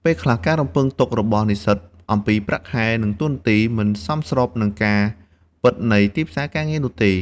ពេលខ្លះការរំពឹងទុករបស់និស្សិតអំពីប្រាក់ខែ និងតួនាទី មិនស្របនឹងការពិតនៃទីផ្សារការងារនោះទេ។